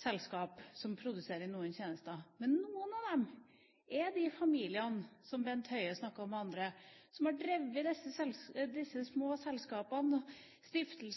selskaper, som produserer noen tjenester, og noen av dem er de familiene, som Bent Høie og andre snakket om, som har drevet disse små selskapene, stiftelsene og